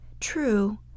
true